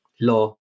law